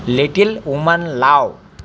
little woman लाव